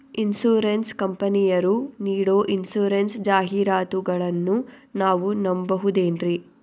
Insurance ಕಂಪನಿಯರು ನೀಡೋ insurance ಜಾಹಿರಾತುಗಳನ್ನು ನಾವು ನಂಬಹುದೇನ್ರಿ?